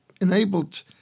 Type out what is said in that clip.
enabled –